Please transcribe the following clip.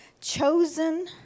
chosen